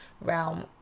realm